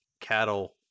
cattle